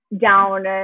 down